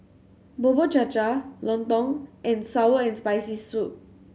Bubur Cha Cha Lontong and Sour and Spicy Soup